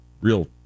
real